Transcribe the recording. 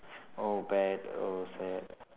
oh bad oh sad